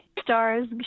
stars